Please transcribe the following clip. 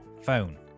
phone